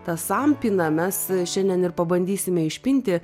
tą sampyną mes šiandien ir pabandysime išpinti